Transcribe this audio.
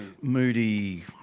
Moody